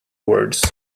words